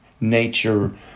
nature